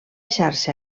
xarxa